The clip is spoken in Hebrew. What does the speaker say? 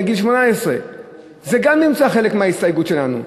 גיל 18. זה גם נמצא בחלק מההסתייגות שלנו.